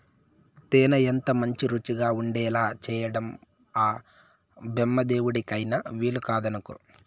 తేనె ఎంతమంచి రుచిగా ఉండేలా చేయడం ఆ బెమ్మదేవుడికైన వీలుకాదనుకో